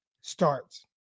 starts